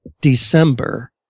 December